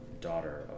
daughter